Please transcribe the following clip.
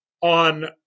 on